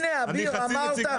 הנה, אמרת.